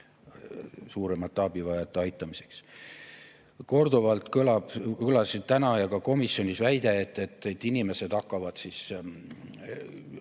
suuremate abivajajate aitamiseks. Korduvalt kõlas täna siin ja ka komisjonis väide, et inimesed hakkavad siis